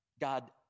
God